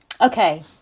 Okay